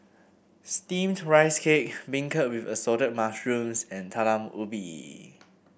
steamed Rice Cake beancurd with Assorted Mushrooms and Talam Ubi